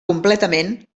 completament